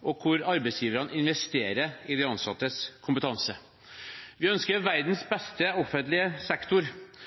og hvor arbeidsgiverne investerer i de ansattes kompetanse. Vi ønsker verdens